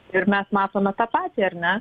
ir mes matome tą patį ar ne